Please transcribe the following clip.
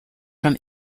from